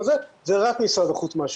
זה רק משרד החוץ מאשר.